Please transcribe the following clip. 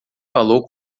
falou